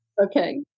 Okay